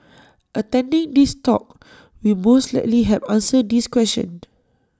attending this talk will most likely help answer this question